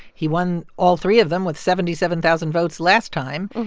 he won all three of them with seventy seven thousand votes last time.